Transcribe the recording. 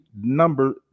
number